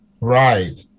Right